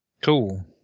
Cool